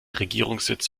regierungssitz